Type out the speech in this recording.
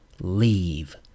leave